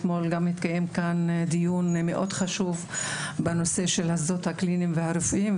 אתמול גם התקיים כאן דיון מאוד חשוב בנושא של השדות הקליניים והרפואיים,